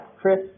chris